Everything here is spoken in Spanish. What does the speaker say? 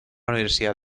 universidad